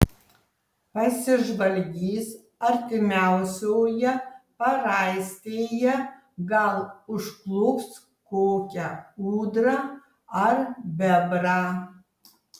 pasižvalgys artimiausioje paraistėje gal užklups kokią ūdrą ar bebrą